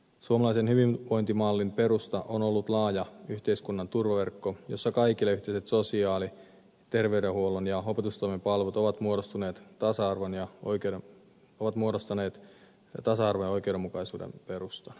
suomalaisen hyvinvointimallin perusta on ollut laaja yhteiskunnan turvaverkko jossa kaikille yhteiset sosiaali terveydenhuollon ja opetustoimen palvelut ovat muodostaneet tasa arvon ja oikeudenmukaisuuden perustan